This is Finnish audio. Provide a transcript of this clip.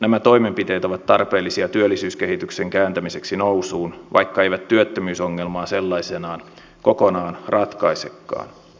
nämä toimenpiteet ovat tarpeellisia työllisyyskehityksen kääntämiseksi nousuun vaikka eivät työttömyysongelmaa sellaisenaan kokonaan ratkaisekaan